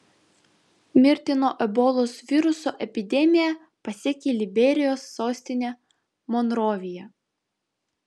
mirtino ebolos viruso epidemija pasiekė liberijos sostinę monroviją